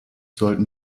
sollten